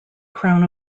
crown